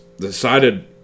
decided